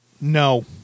No